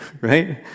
right